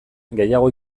gehiago